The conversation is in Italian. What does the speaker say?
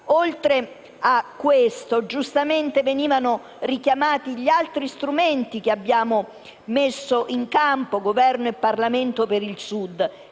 Oltre a questo, venivano giustamente richiamati gli altri strumenti che abbiamo messo in campo, Governo e Parlamento, per il Sud,